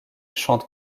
chante